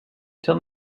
tell